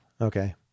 Okay